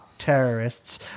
terrorists